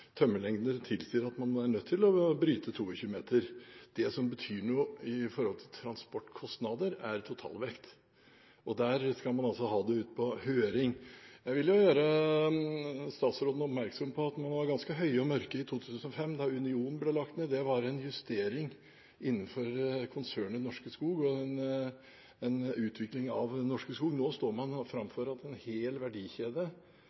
tilsier at man er nødt til å bryte 22 meter – som betyr noe når det gjelder transportkostnader, det er totalvekt. Det skal man altså ha ut på høring. Jeg vil gjøre statsråden oppmerksom på at man var ganske høye og mørke i 2005 da Union ble vedtatt lagt ned. Det var en justering innenfor konsernet Norske Skog, og en utvikling av Norske Skog. Nå står man framfor at en hel verdikjede